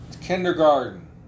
Kindergarten